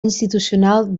institucional